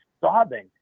sobbing